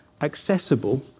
accessible